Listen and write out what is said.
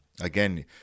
Again